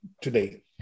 today